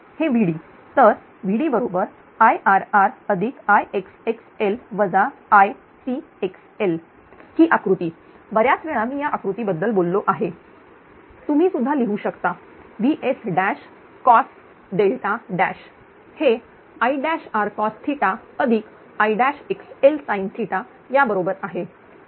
हे VD तरVD IrrIxxl Icxl ही आकृती बऱ्याच वेळा मी या कृतीबद्दल बोललो आहे तुम्हीसुद्धा लिहू शकता VSCOS हे IrcosIxlsin या बरोबर आहे